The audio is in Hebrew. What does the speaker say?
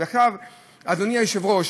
אדוני היושב-ראש,